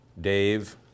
Dave